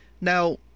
Now